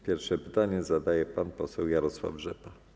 Pierwszy pytanie zadaje pan poseł Jarosław Rzepa.